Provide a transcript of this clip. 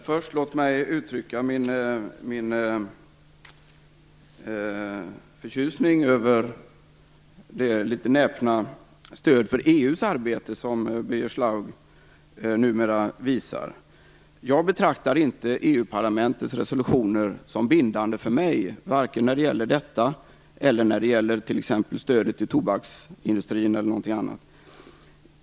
Fru talman! Låt mig först uttrycka min förtjusning över det litet näpna stöd för EU:s arbete som Birger Schlaug nu visar. Jag betraktar inte EU-parlamentets resolutioner som bindande för mig, varken när det gäller detta eller när det gäller t.ex. stödet till tobaksindustrin eller något annat.